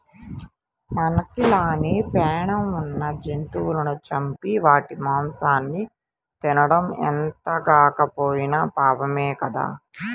మనకి లానే పేణం ఉన్న జంతువులను చంపి వాటి మాంసాన్ని తినడం ఎంతగాకపోయినా పాపమే గదా